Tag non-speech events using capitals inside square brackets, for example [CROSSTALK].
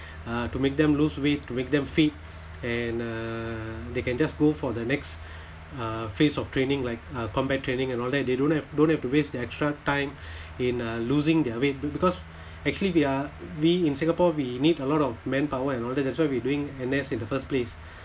uh to make them lose weight to make them fit and uh they can just go for the next [BREATH] uh phase of training like uh combat training and all that they don't have don't have to waste their extra time [BREATH] in uh losing their weight because actually we are being in singapore we need a lot of manpower and all that that's why we doing N_S in the first place